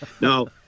No